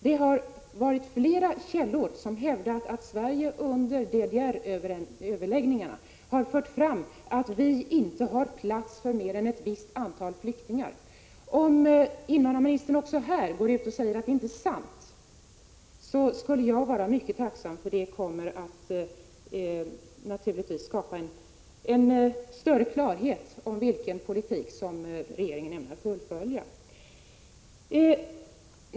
Det har varit flera källor som hävdat att Sverige under DDR-överläggningarna har fört fram att vi inte har plats för mer än ett visst antal flyktingar. Om invandrarministern också här går ut och säger att detta inte är sant, skulle jag vara mycket tacksam, för det skulle naturligtvis skapa större klarhet om vilken politik regeringen här ämnar fullfölja.